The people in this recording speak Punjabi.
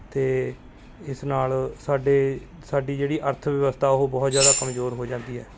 ਅਤੇ ਇਸ ਨਾਲ ਸਾਡੇ ਸਾਡੀ ਜਿਹੜੀ ਅਰਥ ਵਿਵਸਥਾ ਉਹ ਬਹੁਤ ਜ਼ਿਆਦਾ ਕਮਜ਼ੋਰ ਹੋ ਜਾਂਦੀ ਹੈ